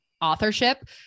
authorship